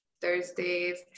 Thursdays